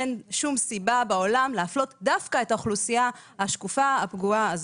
אין שום סיבה בעולם להפלות דווקא את האוכלוסייה השקופה והפגועה הזו.